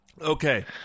Okay